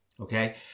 Okay